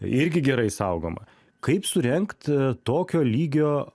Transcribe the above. irgi gerai saugoma kaip surengt tokio lygio